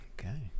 Okay